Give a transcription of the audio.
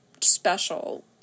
special